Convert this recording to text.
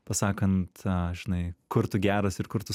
pasakant a žinai kur tu geras ir kur tu